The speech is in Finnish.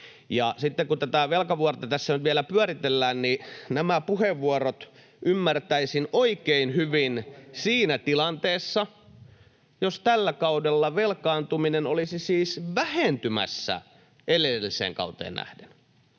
kun tätä velkavuorta tässä nyt vielä pyöritellään, niin nämä puheenvuorot ymmärtäisin oikein hyvin siinä tilanteessa, että tällä kaudella velkaantuminen olisi siis vähentymässä edelliseen kauteen nähden.